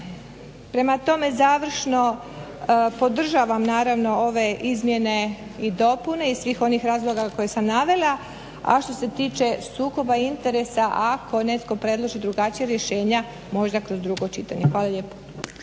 Prema tome, završno podržavam ove izmjene i dopune iz svih onih razloga koje sam navela, a što se tiče sukoba interesa ako netko predloži drugačija rješenja možda kroz drugo čitanje. Hvala lijepo.